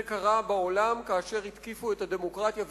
זה קרה בעולם כאשר התקיפו את הדמוקרטיה,